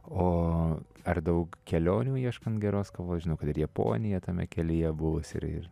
o ar daug kelionių ieškant geros kavos žinau kad ir japonija tame kelyje buvus ir ir